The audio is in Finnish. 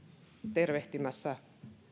tervehtimässä